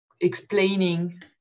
explaining